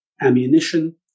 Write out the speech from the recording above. ammunition